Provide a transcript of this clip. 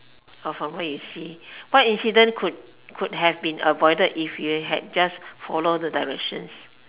of from what you see what incident could could have been avoided if you had just follow the directions